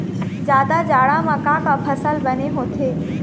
जादा जाड़ा म का का फसल बने होथे?